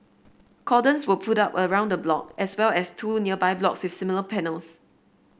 cordons were put up around the block as well as two nearby blocks with similar panels